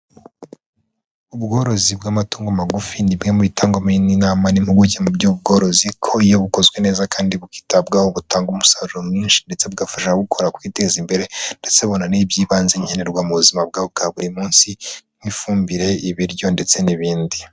Ubworozi bw'amatungo magufi ni bumwe mubitangwamo inama n' impuguke mu by'ubworozi, ko iyo bukozwe neza kandi bukitabwaho butanga umusaruro mwinshi, ndetse bugafasha ababukora kwiteza imbere, ndetse babona n'iby'ibanze nkenerwa mu buzima bwabo bwa buri munsi, nk'ifumbire, ibiryo, ndetse n'ibindi.